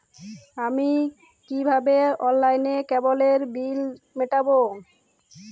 আমি কিভাবে অনলাইনে কেবলের বিল মেটাবো?